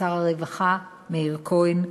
שר הרווחה מאיר כהן,